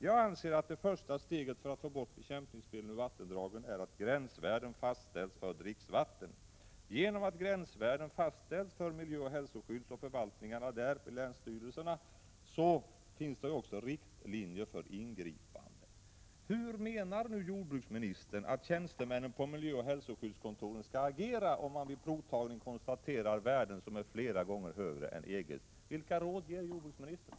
Jag anser att det första steget för att få bort bekämpningsmedlen ur vattendragen är att gränsvärden fastställs för dricksvatten. Genom att gränsvärden fastställs får miljöoch hälsoskyddsförvaltningarna och länsstyrelserna riktlinjer för ingripanden. Hur menar jordbruksministern att tjänstemännen på ett miljöoch hälsoskyddskontor skall agera, om de vid provtagning konstaterar värden som är flera gånger högre än EG:s gränsvärden? Vilket råd ger jordbruksministern?